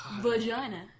Vagina